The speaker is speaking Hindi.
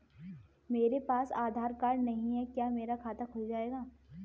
मेरे पास आधार कार्ड नहीं है क्या मेरा खाता खुल जाएगा?